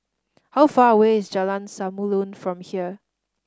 how far away is Jalan Samulun from here